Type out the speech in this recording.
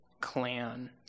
clan